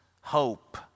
hope